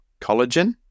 Collagen